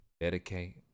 Dedicate